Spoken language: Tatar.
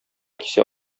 кисә